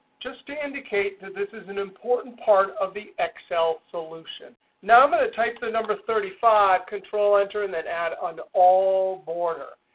just to indicate that this is an important part of the excel solution now, i'm going to type the number thirty five, control-enter, and then add an all border.